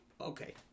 Okay